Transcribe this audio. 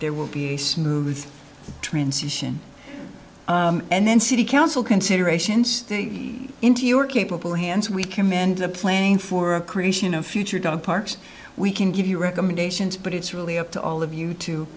there will be a smooth transition and then city council considerations into your capable hands we commend the plane for a creation of future dog parks we can give you recommendations but it's really up to all of you to